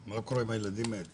סוציו-אקונומי כל הצפון בדרך כלל,